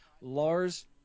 Lars